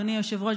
אדוני היושב-ראש,